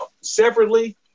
separately